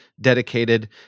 dedicated